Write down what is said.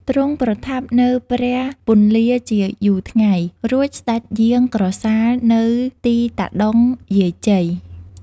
ទ្រង់ប្រថាប់នៅព្រះពន្លាជាយូរថ្ងៃ រួចស្ដេចយាងក្រសាលនៅទីតាដុង យាយជ័យ